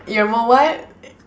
you're more what